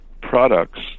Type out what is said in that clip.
products